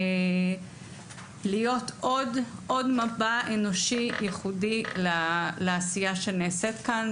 להיות עוד מבט אנושי ייחודי לעשייה שנעשית כאן,